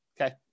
Okay